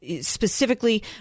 specifically